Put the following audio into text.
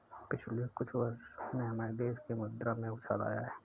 पिछले कुछ वर्षों में हमारे देश की मुद्रा में उछाल आया है